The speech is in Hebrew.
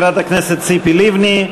חברת הכנסת ציפי לבני.